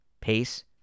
Pace